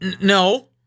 No